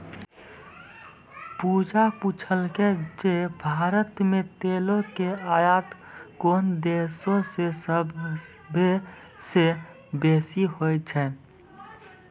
पूजा पुछलकै जे भारत मे तेलो के आयात कोन देशो से सभ्भे से बेसी होय छै?